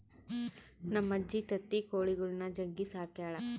ನಮ್ಮಜ್ಜಿ ತತ್ತಿ ಕೊಳಿಗುಳ್ನ ಜಗ್ಗಿ ಸಾಕ್ಯಳ